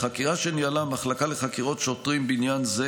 החקירה שניהלה המחלקה לחקירות שוטרים בעניין זה,